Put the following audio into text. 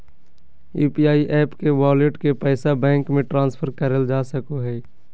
UPI app के wallet के पैसा बैंक मे ट्रांसफर करल जा सको हय